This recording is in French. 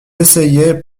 essayaient